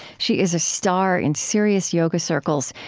she is a star in serious yoga circles,